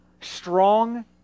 strong